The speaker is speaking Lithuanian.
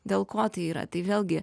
dėl ko tai yra tai vėlgi